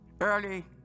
early